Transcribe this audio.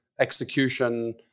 execution